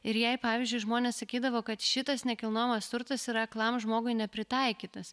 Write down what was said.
ir jai pavyzdžiui žmonės sakydavo kad šitas nekilnojamas turtas yra aklam žmogui nepritaikytas